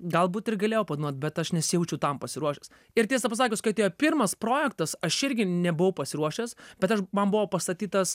galbūt ir galėjau padainuot bet aš nesijaučiau tam pasiruošęs ir tiesą pasakius kai atėjo pirmas projektas aš irgi nebuvau pasiruošęs bet aš man buvo pastatytas